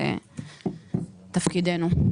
זה תפקידנו.